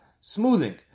smoothing